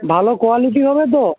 ভালো কোয়ালিটির হবে তো